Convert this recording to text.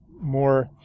more